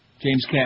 James